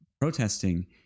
Protesting